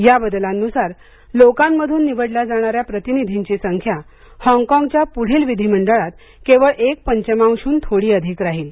या बदलांनुसार लोकांमधून निवडल्या जाणाऱ्या प्रतिनिधींची संख्या हाँगकाँगच्या पुढील विधीमंडळात केवळ एक पंचमांशहून थोडी अधिक राहील